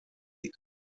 die